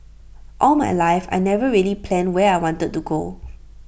all my life I never really planned where I wanted to go